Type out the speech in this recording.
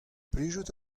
plijout